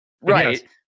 Right